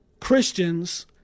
Christians